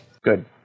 Good